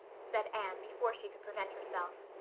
said anne, before she could prevent herself.